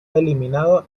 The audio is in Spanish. eliminado